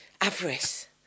Avarice